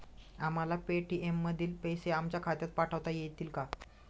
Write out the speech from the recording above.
आम्हाला पेटीएम मधील पैसे आमच्या खात्यात पाठवता येतील का?